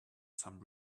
some